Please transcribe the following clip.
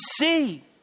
see